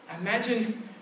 imagine